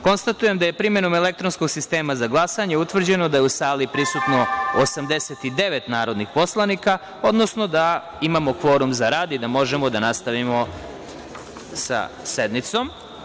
Konstatujem da je primenom elektronskog sistema za glasanje utvrđeno da je u sali prisutno 89 narodnih poslanika, odnosno da imamo kvorum za rad i da možemo da nastavimo sa sednicom.